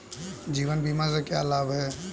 जीवन बीमा से क्या लाभ हैं?